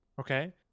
Okay